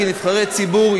כנבחרי ציבור,